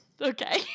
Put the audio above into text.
Okay